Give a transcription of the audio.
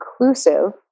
inclusive